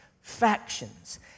factions